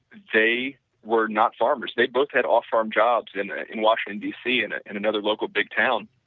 they were not farmers. they both had off farm jobs in ah in washington dc and and and another local big town.